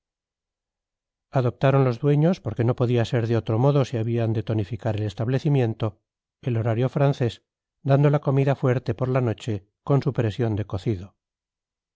adoptaron los dueños porque no podía ser de otro modo si habían de tonificar el establecimiento el horario francés dando la comida fuerte por la noche con supresión de cocido